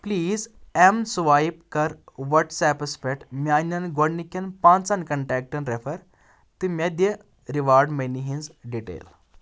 please ایٚم swipe کَر WhatsApp پٮ۪ٹھ میانٮ۪ن گۄڈٕنکٮ۪ن پانٛژن کنٹیکٹَن ریفر تہٕ مےٚ دِ ریوارڑ منی ہِنٛز ڈیٹیل